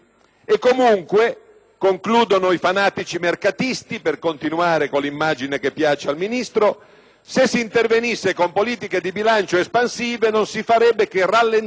se si intervenisse con politiche di bilancio espansive non si farebbe che rallentare il ritmo dell'aggiustamento aggravandone, lungi dal mitigare, i costi sociali.